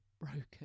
broken